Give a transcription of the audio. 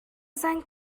zaan